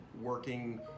working